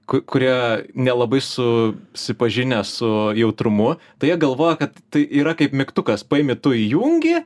ku kurie nelabai susipažinę su jautrumu tai jie galvoja kad tai yra kaip mygtukas paimi tu įjungi